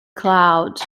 cloud